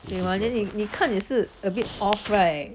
对吗 then 你看也是 a bit of right